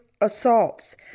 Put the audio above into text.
assaults